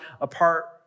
apart